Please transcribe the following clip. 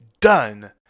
done